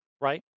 right